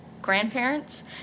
grandparents